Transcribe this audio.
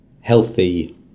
healthy